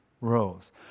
rose